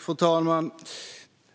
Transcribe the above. Fru talman!